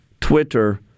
Twitter